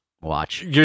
watch